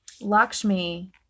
Lakshmi